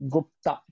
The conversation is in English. Gupta